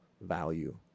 value